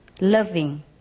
loving